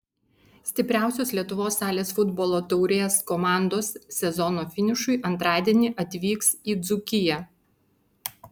stipriausios lietuvos salės futbolo taurės komandos sezono finišui antradienį atvyks į dzūkiją